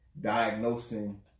diagnosing